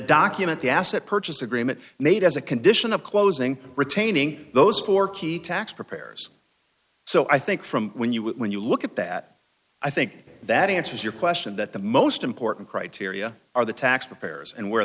document the asset purchase agreement made as a condition of closing retaining those corkey tax preparers so i think from when you when you look at that i think that answers your question that the most important criteria are the tax preparers and where